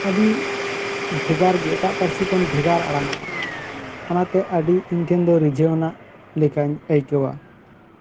ᱟᱹᱰᱤ ᱵᱷᱮᱜᱟᱨ ᱜᱮ ᱮᱴᱟᱜ ᱯᱟᱹᱨᱥᱤ ᱠᱷᱚᱱ ᱵᱷᱮᱜᱟᱨ ᱟᱲᱟᱝᱚᱜᱼᱟ ᱚᱱᱟᱛᱮ ᱟᱹᱰᱤ ᱤᱧ ᱴᱷᱮᱱ ᱫᱚ ᱨᱤᱡᱷᱟᱹᱣᱟᱱᱟᱜ ᱞᱮᱠᱟᱹᱧ ᱟᱹᱭᱠᱟᱹᱣᱟ